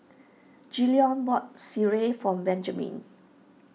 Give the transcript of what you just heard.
bought Sireh for Benjaman